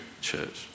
church